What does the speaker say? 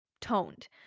toned